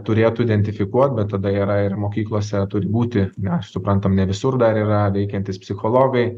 turėtų identifikuot bet tada yra ir mokyklose turi būti na aš suprantam ne visur dar yra veikiantys psichologai